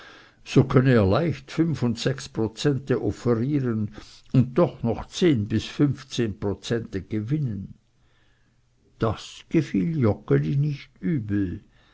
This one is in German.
so könne er leicht fünf und sechs prozente offerieren und doch noch zehn bis fünfzehn prozente gewinnen das gefiel joggeli nicht übel